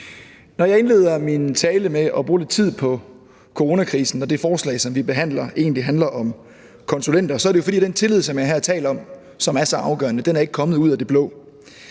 Når jeg indleder min tale med at bruge lidt tid på coronakrisen, når det forslag, som vi behandler, egentlig handler om konsulenter, er det jo, fordi den tillid, som jeg her taler om, og som er så afgørende, ikke er kommet ud af det blå.